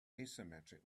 asymmetric